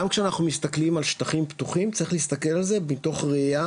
גם כשאנחנו מסתכלים על שטחים פתוחים צריך להסתכל על זה מתוך ראייה,